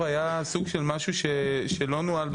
יהודה גוטמן,